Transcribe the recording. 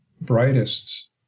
brightest